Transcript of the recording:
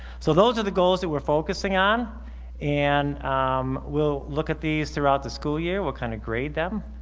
so those are the goals that we're focusing on and um we'll look at these throughout the school year. we'll kind of grade them.